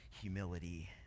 humility